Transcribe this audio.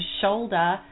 shoulder